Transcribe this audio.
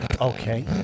Okay